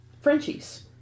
Frenchies